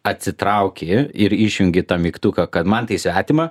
atsitrauki ir išjungi tą mygtuką kad man tai svetima